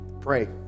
Pray